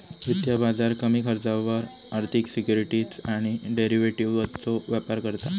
वित्तीय बाजार कमी खर्चावर आर्थिक सिक्युरिटीज आणि डेरिव्हेटिवजचो व्यापार करता